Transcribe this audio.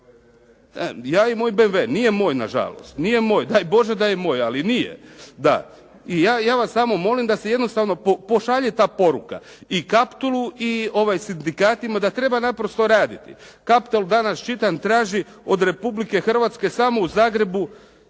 Ja i moj BMW. Nije moj nažalost. Daj Bože da je moj ali nije. I ja vas samo molim da se jednostavno pošalje ta poruka i Kaptolu i sindikatima da treba naprosto raditi. Kaptol, danas čitam, traži od Republike Hrvatske samo u Zagrebu